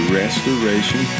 restoration